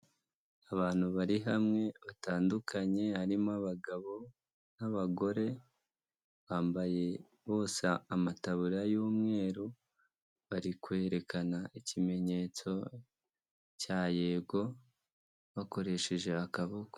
Abantu bari hamwe batandukanye harimo abagabo n'abagore, bambaye bose amataburiya y'umweru, bari kwerekana ikimenyetso cya yego bakoresheje akaboko.